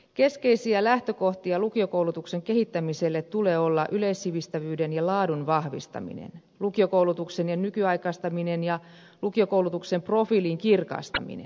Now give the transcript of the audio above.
keskeisiä lähtökohtia lukiokoulutuksen kehittämiselle tulee olla yleissivistävyyden ja laadun vahvistaminen lukiokoulutuksen nykyaikaistaminen ja lukiokoulutuksen profiilin kirkastaminen